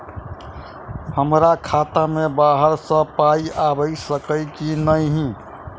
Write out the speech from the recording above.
हमरा खाता मे बाहर सऽ पाई आबि सकइय की नहि?